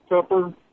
pepper